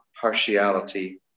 partiality